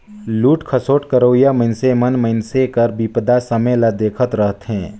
लूट खसोट करोइया मइनसे मन मइनसे कर बिपदा समें ल देखत रहथें